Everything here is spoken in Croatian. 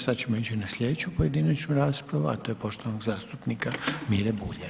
Sada ćemo ići na sljedeću pojedinačnu raspravu a to je poštovanog zastupnika Mire Bulja.